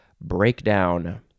breakdown